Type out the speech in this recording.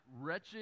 wretched